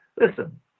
Listen